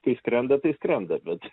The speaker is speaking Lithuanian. kai skrenda tai skrenda bet